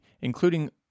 including